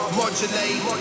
modulate